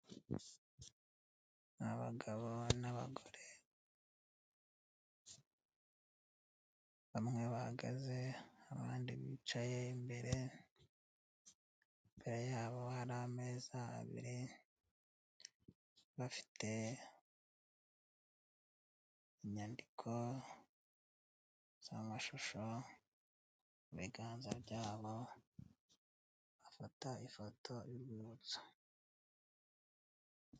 Abagabo nabagore bamwe bahagaze abandi bicaye imbere, mbere yabo hari ameza abiri bafite inyandiko zamashusho mu biganza byabo bafata ifoto y'urwibutso.